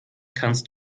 kannst